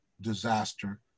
disaster